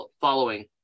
following